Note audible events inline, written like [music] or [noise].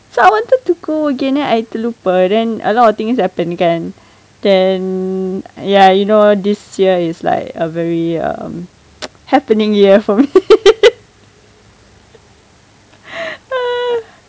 so I wanted to go again then I terlupa then a lot of things happen kan then ya you know orh this year is like a very um [noise] happening year for me [laughs]